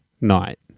night